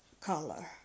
color